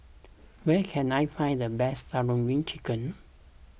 where can I find the best Tandoori Chicken